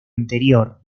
interior